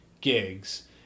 gigs